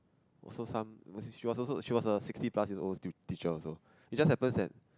also some she was also she was a sixty plus year old teacher also it just happens that